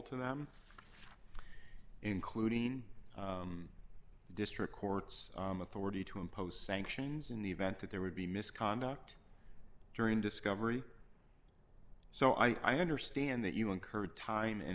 to them including the district court's authority to impose sanctions in the event that there would be misconduct during discovery so i understand that you incurred time and